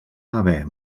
haver